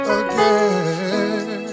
again